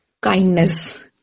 Kindness